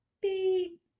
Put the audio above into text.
beep